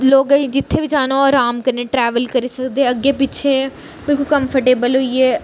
लोगें ई जित्थें बी जाना होवै अराम कन्नै ट्रैवेल करी सकदे अग्गें पिच्छे बिलकुल कम्फर्टेबले होइयै